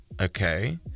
Okay